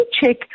check